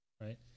Right